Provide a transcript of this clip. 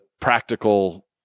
practical